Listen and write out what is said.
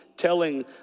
telling